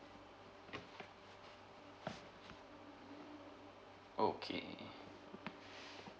okay